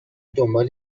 دنبال